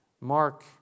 Mark